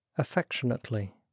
Affectionately